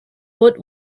put